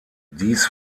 dies